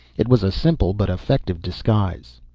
it was a simple but effective disguise.